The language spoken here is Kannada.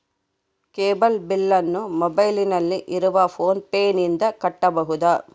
ಕೇಬಲ್ ಬಿಲ್ಲನ್ನು ಮೊಬೈಲಿನಲ್ಲಿ ಇರುವ ಫೋನ್ ಪೇನಿಂದ ಕಟ್ಟಬಹುದಾ?